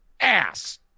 ass